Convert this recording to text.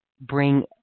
bring